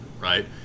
right